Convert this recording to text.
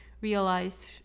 realized